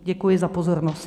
Děkuji za pozornost.